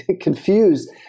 confused